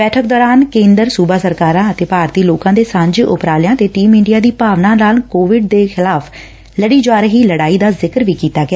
ਬੈਠਕ ਦੌਰਾਨ ਕੇਂਦਰ ਸੁਬਾ ਸਰਕਾਰਾਂ ਅਤੇ ਭਾਰਤੀ ਲੋਕਾਂ ਦੇ ਸਾਂਝੇ ਉਪਰਾਲਿਆਂ ਨਾਲ ਟੀਮ ਇੰਡੀਆ ਦੀ ਭਾਵਨਾ ਨਾਲ ਕੋਵਿਡ ਦੇ ਖਿਲਾਫ਼ ਲੜੀ ਜਾ ਰਹੀ ਲੜਾਈ ਦਾ ਜ਼ਿਕਰ ਵੀ ਕੀਤਾ ਗਿਆ